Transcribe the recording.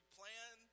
plan